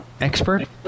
expert